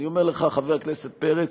אני אומר לך, חבר הכנסת פרץ,